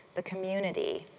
the community,